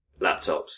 laptops